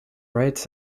read